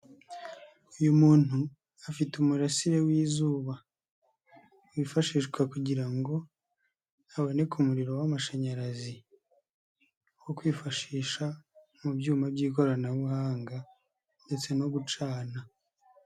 Uyu muntu afite umurasire w'izuba, wifashishwa kugira ngo haboneke umuriro w'amashanyarazi wo kwifashisha mu byuma by'ikoranabuhanga ndetse no gucana.